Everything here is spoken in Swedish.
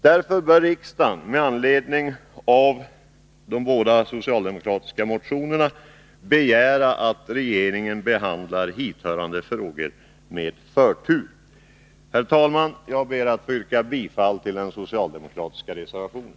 Därför bör riksdagen med anledning av de båda socialdemokratiska motionerna begära att regeringen behandlar hithörande frågor med förtur. Herr talman! Jag ber att få yrka bifall till den socialdemokratiska reservationen.